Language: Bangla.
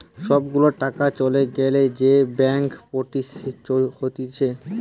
সব গুলা টাকা চলে গ্যালে যে ব্যাংকরপটসি হতিছে